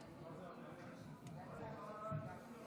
השר גפני,